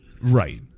Right